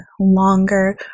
longer